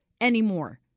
anymore